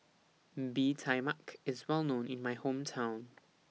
Bee Tai Mak IS Well known in My Hometown